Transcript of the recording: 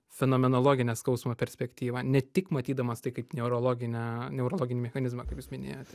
fenomenologinę skausmo perspektyvą ne tik matydamas tai kaip neurologinę neurologinį mechanizmą kaip jūs minėjote